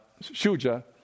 Shuja